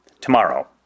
tomorrow